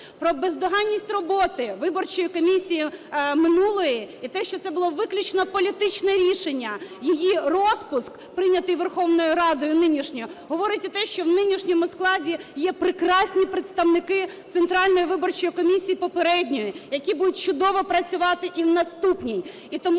Про бездоганність роботи виборчої комісії минулої і те, що це було виключно політичне рішення – її розпуск, прийнятий Верховною Радою нинішньою, говорить і те, що в нинішньому складі є прекрасні представники Центральної виборчої комісії попередньої, які будуть чудово працювати і в наступній.